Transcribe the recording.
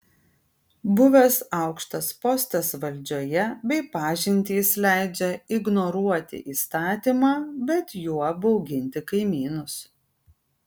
buvęs aukštas postas valdžioje bei pažintys leidžia ignoruoti įstatymą bet juo bauginti kaimynus